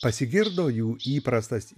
pasigirdo jų įprastas